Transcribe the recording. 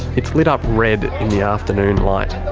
it's lit up red in the afternoon light.